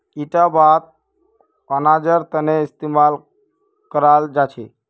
इटा बात अनाजेर तने इस्तेमाल कराल जा छे